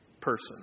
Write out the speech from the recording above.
person